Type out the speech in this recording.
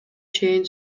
чейин